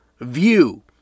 view